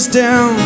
down